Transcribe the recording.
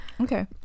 Okay